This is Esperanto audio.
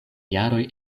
jaroj